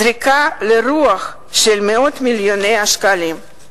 זריקה לרוח של מאות מיליוני שקלים.